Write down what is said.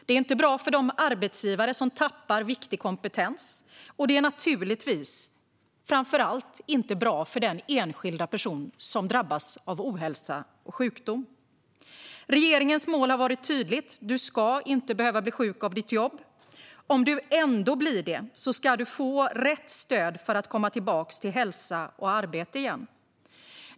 Det är inte bra för de arbetsgivare som tappar viktig kompetens, och det är framför allt inte bra för den enskilda person som drabbas av ohälsa och sjukdom. Regeringens mål har varit tydligt. Man ska inte behöva bli sjuk av sitt jobb. Om man ändå blir det ska man få rätt stöd för att kunna komma tillbaka till hälsa och arbete igen.